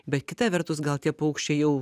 bet kita vertus gal tie paukščiai jau